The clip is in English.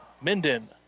Minden